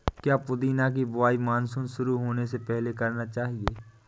क्या पुदीना की बुवाई मानसून शुरू होने से पहले करना चाहिए?